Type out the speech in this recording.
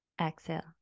exhale